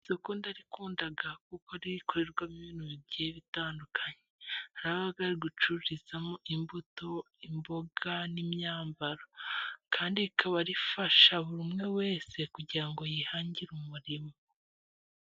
Isoko ndarikundaga kuko rikorerwamo ibintu bigiye bitandukanye, aho habaga hari gucururizamo; imbuto, imboga n'imyambaro kandi ikaba rifasha buri umwe wese kugira ngo yihangire umurimo.